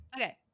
Okay